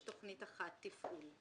יש תכנית אחת - תפעול.